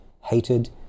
hated